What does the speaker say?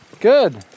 Good